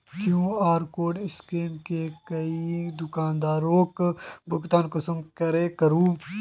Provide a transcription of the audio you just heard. QR code scan करे कोई दुकानदारोक भुगतान कुंसम करे करूम?